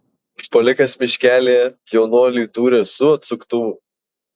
užpuolikas miškelyje jaunuoliui dūrė su atsuktuvu